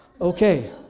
Okay